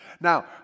Now